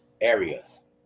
areas